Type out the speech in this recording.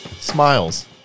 Smiles